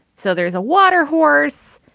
so there's a water horse,